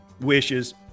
wishes